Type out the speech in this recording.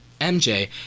MJ